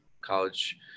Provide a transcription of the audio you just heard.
college